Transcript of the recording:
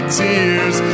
tears